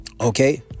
Okay